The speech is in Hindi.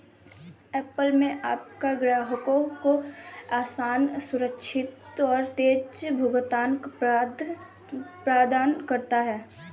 ऐप्पल पे आपके ग्राहकों को आसान, सुरक्षित और तेज़ भुगतान प्रदान करता है